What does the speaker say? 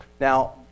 Now